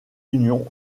union